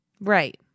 Right